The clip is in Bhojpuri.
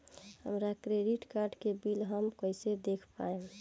हमरा क्रेडिट कार्ड के बिल हम कइसे देख पाएम?